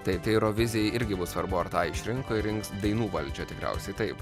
taip tai eurovizijai irgi bus svarbu ar tą išrinko ir rinks dainų valdžią tikriausiai taip